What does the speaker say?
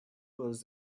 were